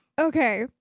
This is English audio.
Okay